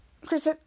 Chris